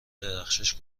درخشش